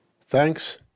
Thanks